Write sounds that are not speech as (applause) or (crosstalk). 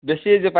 ବେଶୀ (unintelligible)